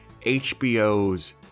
hbo's